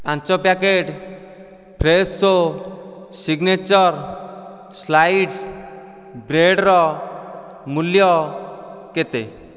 ପାଞ୍ଚ packet Fresho signature slices bread ର ମୂଲ୍ୟ କେତେ